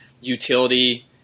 utility